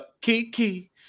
Kiki